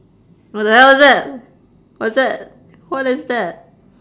what the hell that what's that what is that